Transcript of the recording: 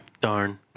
Darn